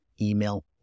email